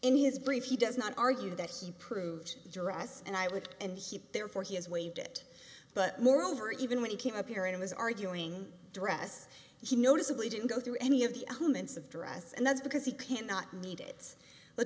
in his brief he does not argue that he proved dress and i would and he therefore he has waived it but moreover even when he came up here and was arguing dress he noticeably didn't go through any of the moments of dress and that's because he cannot need it but